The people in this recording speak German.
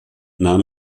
nahm